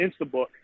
Instabook